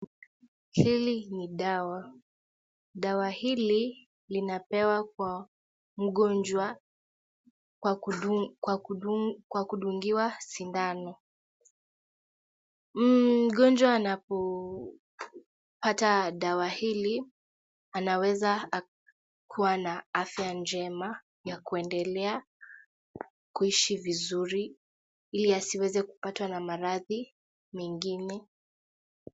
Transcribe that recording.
Hili ni dawa. Dawa hili linapewa kwa mgonjwa kwa kudungiwa sindano. Mgonjwa anapopata dawa hili anaweza kuwa na afya njema ya kuendelea kuishi vizuri ili asiweze kupatwa na maradhi mengine.